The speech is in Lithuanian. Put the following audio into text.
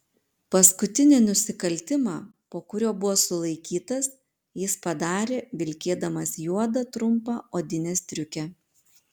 paskutinį nusikaltimą po kurio buvo sulaikytas jis padarė vilkėdamas juodą trumpą odinę striukę